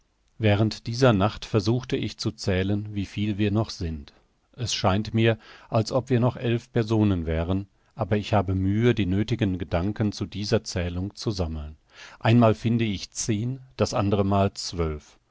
wahrend dieser nacht versuchte ich zu zählen wie viel wir noch sind es scheint mir als ob wir noch elf personen wären aber ich habe mühe die nöthigen gedanken zu dieser zählung zu sammeln einmal finde ich zehn das andere mal zwölf